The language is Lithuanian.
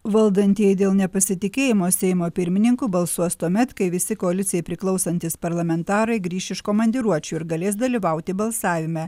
valdantieji dėl nepasitikėjimo seimo pirmininku balsuos tuomet kai visi koalicijai priklausantys parlamentarai grįš iš komandiruočių ir galės dalyvauti balsavime